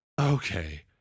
okay